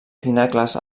pinacles